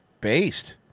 Based